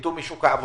שנפלטו משוק העבודה,